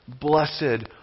blessed